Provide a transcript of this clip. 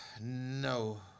No